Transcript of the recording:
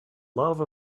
love